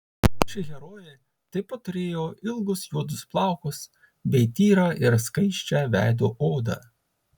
ši herojė taip pat turėjo ilgus juodus plaukus bei tyrą ir skaisčią veido odą